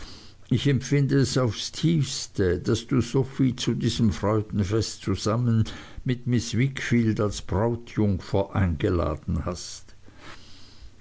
ich empfinde es aufs tiefste daß du sophie zu diesem freudenfest zusammen mit miß wickfield als brautjungfer eingeladen hast